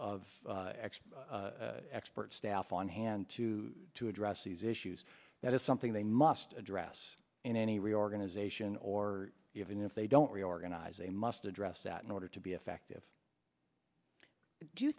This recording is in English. action experts staff on hand to to address these issues that is something they must address in any reorganization or even if they don't reorganize they must address that in order to be effective do you